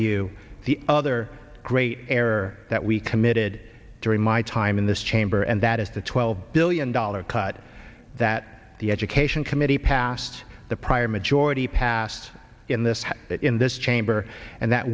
view the other great error that we committed during my time in this chamber and that is the twelve billion dollar cut that the education committee passed the prior majority passed in this house that in this chamber and that